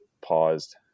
paused